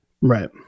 right